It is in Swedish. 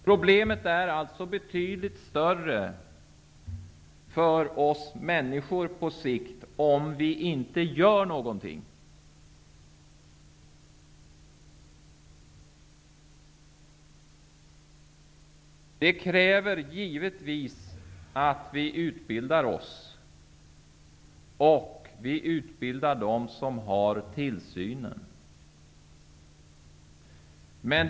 Problemet blir alltså betydligt större för oss människor, om vi inte gör något nu. Det kräver givetvis att vi utbildar oss och dem som har tillsynen.